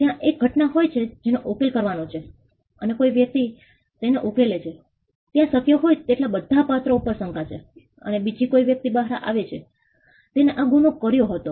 ત્યાં એક ઘટના હોય છે જેનો ઉકેલ કરવાનો છે અને કોઈ વ્યક્તિ તેને ઉકેલે છે ત્યાં શક્ય હોય તેટલા બધા પાત્રો ઉપર શંકા છે અને બીજી કોઈ વ્યક્તિ બહાર આવે છે જેને આ ગુનો કર્યો હતો